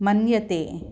मन्यते